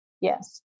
yes